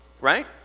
right